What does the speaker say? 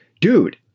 dude